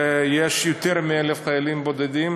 ויש יותר מ-1,000 חיילים בודדים